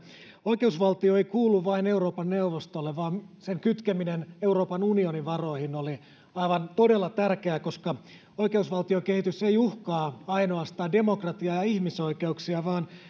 oikeusvaltio ei kuulu vain euroopan neuvostolle vaan sen kytkeminen euroopan unionin varoihin oli aivan todella tärkeää koska oikeusvaltiokehitys ei uhkaa ainoastaan demokratiaa ja ihmisoikeuksia vaan